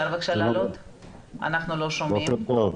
בוקר טוב.